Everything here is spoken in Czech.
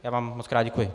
Já vám mockrát děkuji.